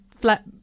flat